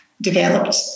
developed